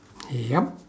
yup